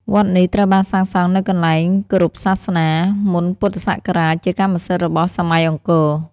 វត្តនេះ ត្រូវបានសាងសង់នៅកន្លែងគោរពសាសនា មុនពុទ្ធសករាជជាកម្មសិទ្ធិរបស់សម័យអង្គរ។